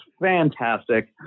fantastic